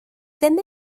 ddim